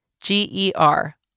G-E-R